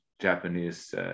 Japanese